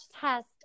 test